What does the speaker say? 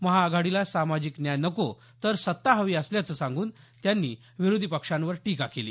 महाआघाडीला सामाजिक न्याय नको तर सत्ता हवी असल्याचं सांगून त्यांनी विरोधी पक्षांवर टीका केली